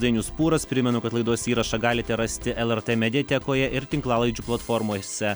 dainius pūras primenu kad laidos įrašą galite rasti lrt mediatekoje ir tinklalaidžių platformoise